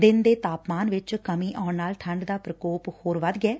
ਦਿਨ ਦੇ ਤਾਪਮਾਨ ਵਿਚ ਕਮੀ ਆਉਣ ਨਾਲ ਠੰਢ ਦਾ ਪਰਕੋਪ ਹੋਰ ਵਧ ਗਿਐ